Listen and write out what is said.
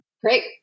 Great